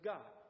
God